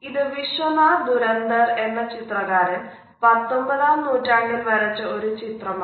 ഇത് വിശ്വനാഥ് ദുരന്ദർ എന്ന ചിത്രകാരൻ 19 ആം നൂറ്റാണ്ടിൽ വരച്ച ഒരു ചിത്രമാണ്